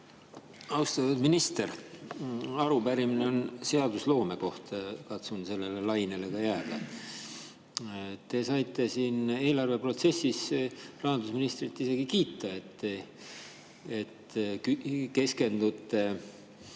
Austatud minister! Arupärimine on seadusloome kohta, katsun sellele lainele ka jääda. Te saite eelarveprotsessis rahandusministrilt isegi kiita, et te keskendute